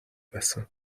байсан